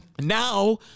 Now